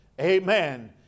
Amen